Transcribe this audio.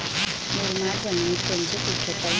मुरमाड जमिनीत कोनचे पीकं घेता येईन?